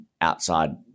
outside